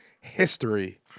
history